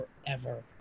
forever